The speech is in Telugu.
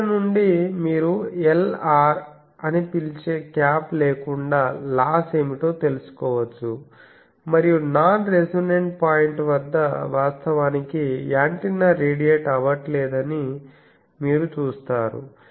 ఇక్కడ నుండి మీరు Lr అని పిలిచే క్యాప్ లేకుండా లాస్ ఏమిటో తెలుసుకోవచ్చు మరియు నాన్ రెసోనెంట్ పాయింట్ వద్ద వాస్తవానికి యాంటెన్నా రేడియేట్ అవట్లేదని మీరు చూస్తారు